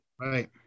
Right